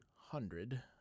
hundred